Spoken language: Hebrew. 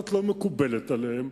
והיא לא מקובלת עליהם,